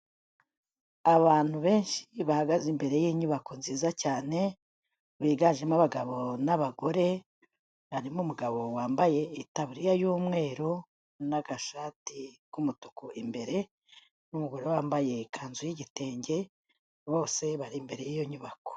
Abantu benshi bahagaze imbere y'inyubako nziza cyane, biganjemo abagabo n'abagore, harimo umugabo wambaye itaburiya y'umweru n'agashati k'umutuku imbere, n'umugore wambaye ikanzu y'igitenge, bose bari imbere yiyo nyubako.